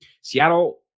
Seattle